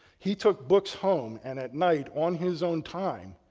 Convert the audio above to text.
he took books home, and at night on his own time,